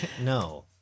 No